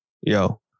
Yo